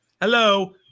Hello